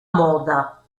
moda